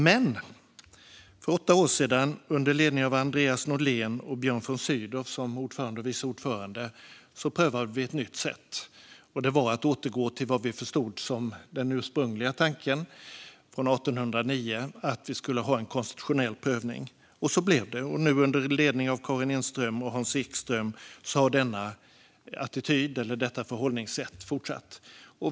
Men för åtta år sedan, under ledning av Andreas Norlén och Björn von Sydow som ordförande och vice ordförande, prövade vi ett nytt sätt, och det var att återgå till vad vi förstod som den ursprungliga tanken från 1809, nämligen att vi skulle ha en konstitutionell prövning. Så blev det. Nu, under ledning av Karin Enström och Hans Ekström, har denna attityd eller detta förhållningssätt fortsatt.